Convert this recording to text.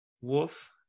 wolf